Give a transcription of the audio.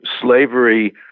slavery